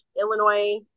illinois